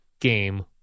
game